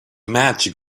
magic